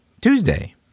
Tuesday